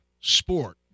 sport